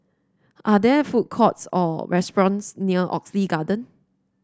are there food courts or restaurants near Oxley Garden